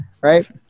right